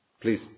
Please